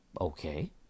okay